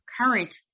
current